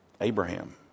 Abraham